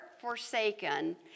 forsaken